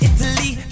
Italy